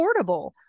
affordable